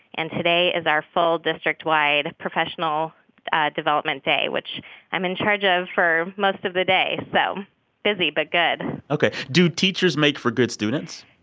and today is our full district-wide, professional development day, which i'm in charge of for most of the day. so busy but good ok. do teachers make for good students?